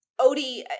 odie